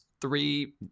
three